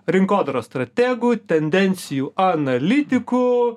rinkodaros strategu tendencijų analitiku